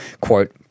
quote